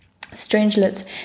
Strangelets